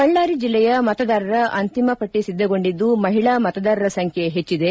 ಬಳ್ದಾರಿ ಜಿಲ್ಲೆಯ ಮತದಾರರ ಅಂತಿಮ ಪಟ್ಟ ಸಿದ್ಲಗೊಂಡಿದ್ಲು ಮಹಿಳಾ ಮತದಾರರ ಸಂಖ್ಲೆ ಹೆಚ್ಲದೆ